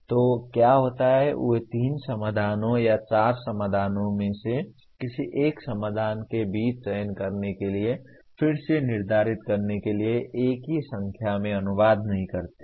तो क्या होता है वे तीन समाधानों या चार समाधानों में से किसी एक विशेष समाधान के बीच चयन करने के लिए फिर से निर्धारित करने के लिए एक ही संख्या में अनुवाद नहीं करते हैं